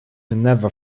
never